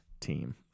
team